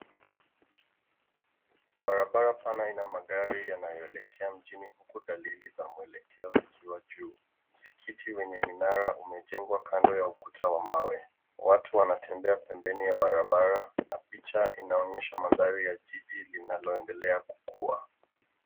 Barabara pana ina magari yanayoelekea mjini huku dalili za mwelekeo zikiwa juu. Msikiti wenye minara umejengwa kando ya ukuta wa mawe. Watu wanatembea pembeni ya barabara na picha inaonyesha mandhari ya jiji linaloendelea kukua.